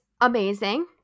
amazing